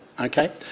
Okay